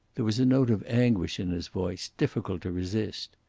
there was a note of anguish in his voice difficult to resist.